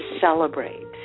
celebrate